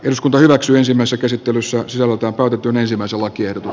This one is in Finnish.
eduskunta hyväksyy sinänsä käsittelyssä solut ovat ylensi vaisua kierto